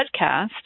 podcast